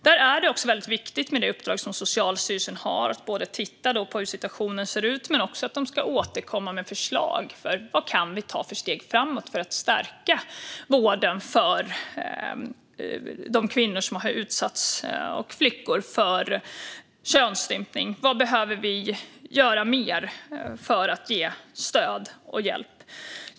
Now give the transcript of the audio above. Där är det väldigt viktigt med det uppdrag som Socialstyrelsen har att både titta på hur situationen ser ut och återkomma med förslag när det gäller vad vi kan ta för steg framåt för att stärka vården för de kvinnor och flickor som har utsatts för könsstympning. Vad behöver vi göra mer för att ge stöd och hjälp?